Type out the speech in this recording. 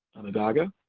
onondaga,